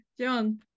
John